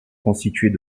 constituées